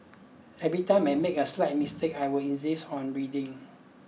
every time I made a slight mistake I would insist on redoing